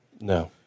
No